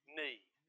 need